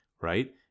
right